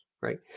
right